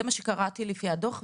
זה מה שקראתי לפי הדוח,